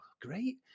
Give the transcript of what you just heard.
great